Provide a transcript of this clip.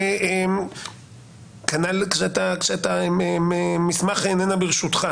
כנ"ל כשמסמך אינו ברשותך